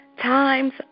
times